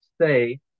say